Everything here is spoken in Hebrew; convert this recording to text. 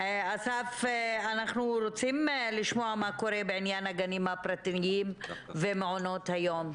אסף, מה קורה בעניין הגנים הפרטיים ומעונות היום.